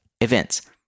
events